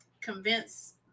convince